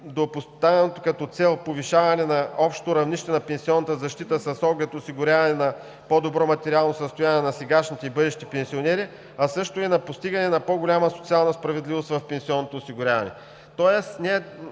поставянето като цел на повишаване на общото равнище на пенсионната защита с оглед осигуряване на по-добро материално състояние на сегашните и бъдещите пенсионери, а също и на постигане на по-голяма социална справедливост в пенсионното осигуряване.